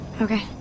Okay